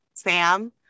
Sam